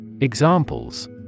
Examples